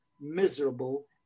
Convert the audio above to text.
miserable